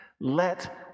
let